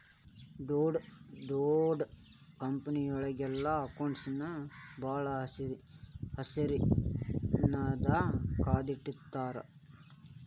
ಡೊಡ್ ದೊಡ್ ಕಂಪನಿಯೊಳಗೆಲ್ಲಾ ಅಕೌಂಟ್ಸ್ ನ ಭಾಳ್ ಹುಶಾರಿನ್ದಾ ಕಾದಿಟ್ಟಿರ್ತಾರ